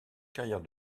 carrière